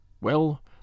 Well